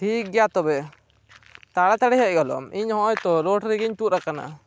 ᱴᱷᱤᱠ ᱜᱮᱭᱟ ᱛᱚᱵᱮ ᱛᱟᱲᱟᱛᱟᱹᱲᱤ ᱦᱮᱡ ᱜᱚᱫᱚᱜ ᱢᱮ ᱤᱧ ᱱᱚᱜᱼᱚᱭ ᱛᱚ ᱨᱳᱰ ᱨᱮᱜᱮᱧ ᱛᱩᱫ ᱟᱠᱟᱱᱟ